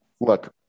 look